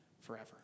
forever